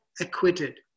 acquitted